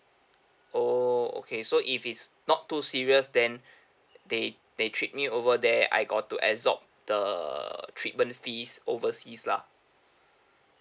oh okay so if it's not too serious then they they treat me over there I got to absorb the treatment fees overseas lah